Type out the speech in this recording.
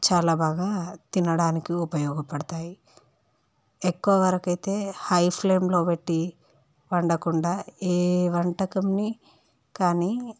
చాలా బాగా తినడానికి ఉపయోగపడతాయి ఎక్కువ వరకైతే హై ఫ్లేమ్లో పెట్టి వండకుండా ఏ వంటకంని కానీ